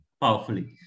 powerfully